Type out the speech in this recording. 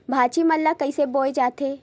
भाजी मन ला कइसे बोए जाथे?